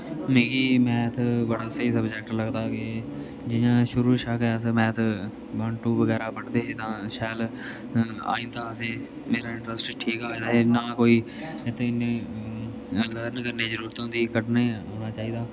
मिगी मैथ बड़ा स्हेई सब्जेक्ट लगदा ते जियां शुरू शा गै अस मैथ बन टू बगैरा पढ़दे हे तां शैल आई जंदा हा असेंगी मेरा इंटरेस्ट बी ठीक हा ना कोई ते इन्नी लर्न करने दी जरूरत होंदी ही कड्ढने औना चाहिदा